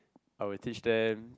I will teach them